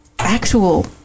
Actual